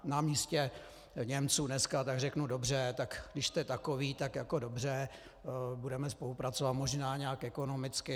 Já být na místě Němců dneska, tak řeknu dobře, tak když jste takoví, tak dobře, budeme spolupracovat možná nějak ekonomicky.